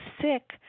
sick